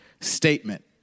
statement